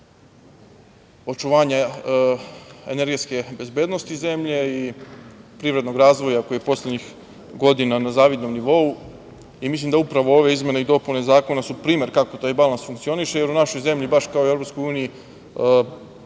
očuvanje energetske bezbednosti zemlje i privrednog razvoja koji je poslednjih godina na zavidnom nivou. Mislim da upravo ove izmene i dopune zakona, su primer kako taj balans funkcioniše, jer u našoj zemlji baš kao i u Evropskoj uniji